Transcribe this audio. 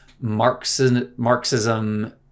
Marxism